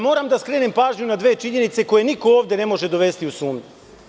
Moram da skrenem pažnju na dve činjenice koje niko ovde ne može dovesti u sumnju.